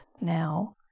now